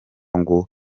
ngo